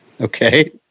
Okay